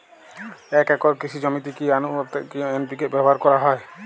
এক একর কৃষি জমিতে কি আনুপাতে এন.পি.কে ব্যবহার করা হয়?